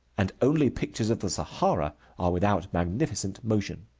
and only pictures of the sahara are without magnificent motion.